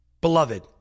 Beloved